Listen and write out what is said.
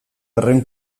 berrehun